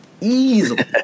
easily